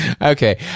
okay